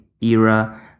era